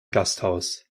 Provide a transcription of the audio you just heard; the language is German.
gasthaus